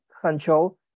control